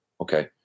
okay